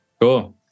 Cool